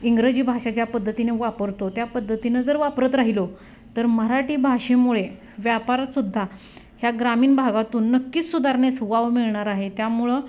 इंग्रजी भाषा ज्या पद्धतीने वापरतो त्या पद्धतीनं जर वापरत राहिलो तर मराठी भाषेमुळे व्यापारात सुद्धा ह्या ग्रामीण भागातून नक्कीच सुधारणेस वाव मिळणार आहे त्यामुळं